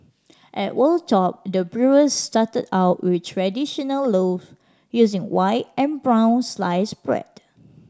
at Wold Top the brewers started out with traditional loaves using white and brown sliced bread